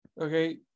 okay